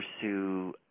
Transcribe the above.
pursue